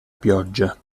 pioggia